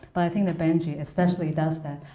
but i think that benjy especially does that.